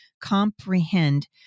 comprehend